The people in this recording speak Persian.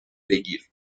بگیر